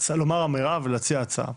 לומר אמירה ולהציע הצעה,